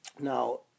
Now